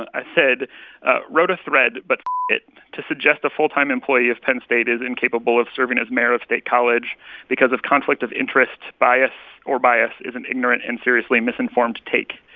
and i said wrote a thread, but it. to suggest a full-time employee of penn state is incapable of serving as mayor of state college because of conflict of interest, bias or bias is an ignorant and seriously misinformed take.